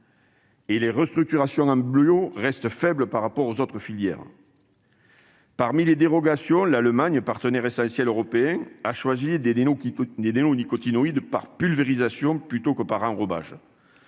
les restructurations en bio restent faibles par rapport aux autres filières. Parmi les dérogations, l'Allemagne, partenaire essentiel européen, a choisi les néonicotinoïdes par pulvérisation plutôt que par enrobage,